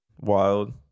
wild